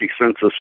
census